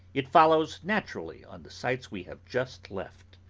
it follows naturally on the sights we have just left.